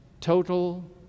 total